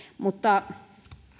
mutta